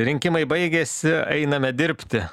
rinkimai baigėsi einame dirbti